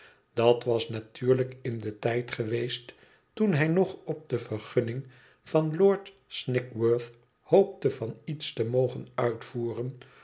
dat was natuurlijk in den tijd geweest toen hij nog op de vergunning van lord snigsworth hoopte van iets te mogen uitvoeren